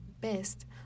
best